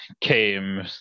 came